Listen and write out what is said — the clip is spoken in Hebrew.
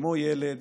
כמו ילד